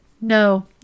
No